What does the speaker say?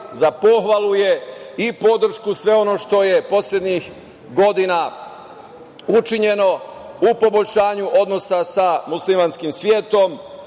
Za pohvalu je i podršku sve ono što je poslednjih godina učinjeno u poboljšanju odnosa sa muslimanskim svetom,